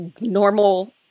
normal